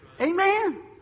Amen